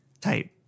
type